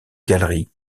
galeries